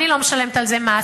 אני לא משלמת על זה מס,